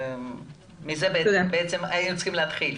מזה בעצם היינו צריכים להתחיל.